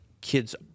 kids